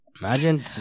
Imagine